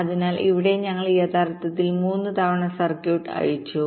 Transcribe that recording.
അതിനാൽ ഇവിടെ ഞങ്ങൾ യഥാർത്ഥത്തിൽ 3 തവണ സർക്യൂട്ട് അഴിച്ചു